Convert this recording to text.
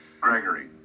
Gregory